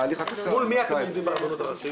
מול מי אתם עובדים ברבנות הראשית?